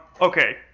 okay